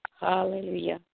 Hallelujah